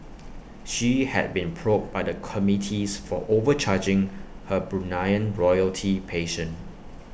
she had been probed by the committees for overcharging her Bruneian royalty patient